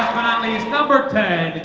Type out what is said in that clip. leave number ten